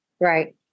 Right